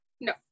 No